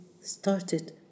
started